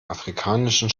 afrikanischen